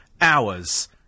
hours